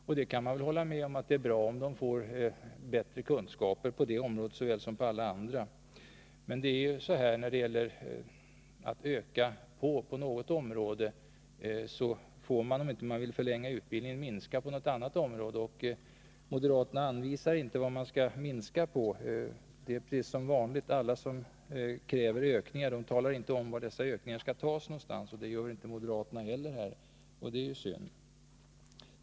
Man kan naturligtvis hålla med om att det är bra om de får bättre kunskaper på detta område, såväl som på alla andra. Men när det gäller att öka på inom något område måste man — om man inte vill förlänga utbildningen — minska inom något annat område. Och moderaterna anvisar inte vad man skall minska på. Det är som vanligt: när man kräver ökning säger man inte var någonstans det skall ske en minskning, och det är ju synd.